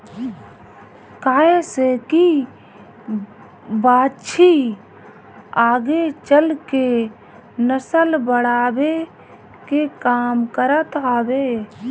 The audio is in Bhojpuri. काहे से की बाछी आगे चल के नसल बढ़ावे के काम करत हवे